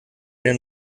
eine